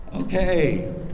Okay